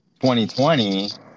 2020